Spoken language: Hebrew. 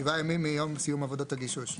שעה ימים מיום סיום עבודת הגישוש.